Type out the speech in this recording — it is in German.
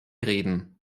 reden